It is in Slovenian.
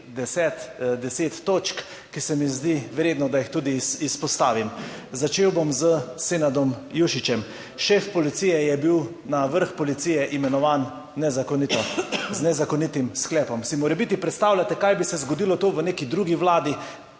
točk, ki se mi zdi vredno, da jih tudi izpostavim. Začel bom s Senadom Jušićem. Šef policije je bil na vrh policije imenovan nezakonito z nezakonitim sklepom. Si morebiti predstavljate, kaj bi se zgodilo tu v neki drugi vladi?